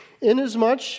Inasmuch